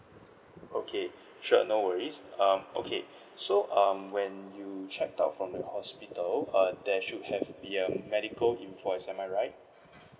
okay sure no worries um okay so um when you checked out from the hospital err there should have the um medical invoice am I right